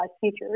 features